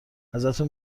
ازتون